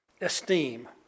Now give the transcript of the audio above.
esteem